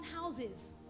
houses